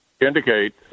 Indicate